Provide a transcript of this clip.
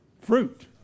Fruit